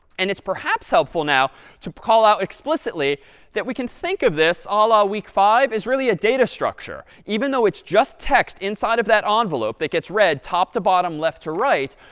and it's perhaps helpful now to call out explicitly that we can think of this, a ah la week five, as really a data structure. even though it's just text inside of that um envelope that gets read top to bottom, left to right,